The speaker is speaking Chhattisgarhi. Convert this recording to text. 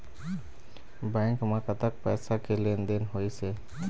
बैंक म कतक पैसा के लेन देन होइस हे?